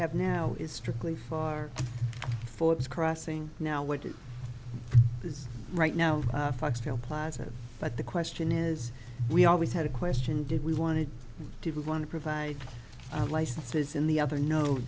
have now is strictly far forbes crossing now what it is right now foxtel plaza but the question is we always had a question did we wanted to do want to provide licenses in the other no